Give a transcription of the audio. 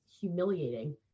humiliating